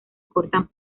cortan